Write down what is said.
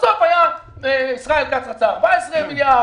בסוף ישראל כץ רצה 14 מיליארד,